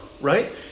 right